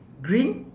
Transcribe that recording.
green